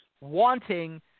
wanting